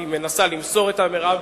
היא מנסה למסור את המירב.